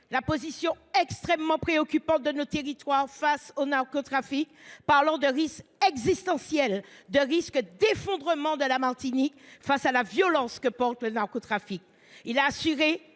la position extrêmement préoccupante de nos territoires face au narcotrafic, parlant de « risque existentiel et d’effondrement de la Martinique face à la […] violence que porte le narcotrafic ». Il a assuré